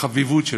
החביבות שלו,